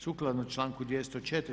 Sukladno članku 204.